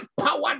power